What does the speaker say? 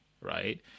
right